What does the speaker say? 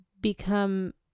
become